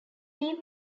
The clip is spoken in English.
fee